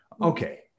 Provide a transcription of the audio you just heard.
Okay